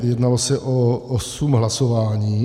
Jednalo se o osm hlasování.